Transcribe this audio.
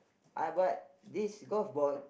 I but this golf ball